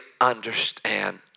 understand